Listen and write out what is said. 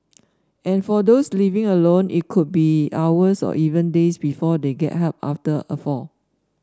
and for those living alone it could be hours or even days before they get help after a fall